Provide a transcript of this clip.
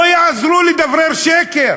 לא יעזרו לדברר שקר.